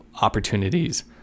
opportunities